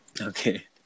Okay